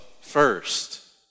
first